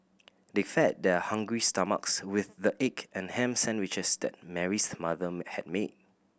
they fed their hungry stomachs with the egg and ham sandwiches that Mary's mother had made